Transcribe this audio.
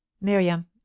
Miriam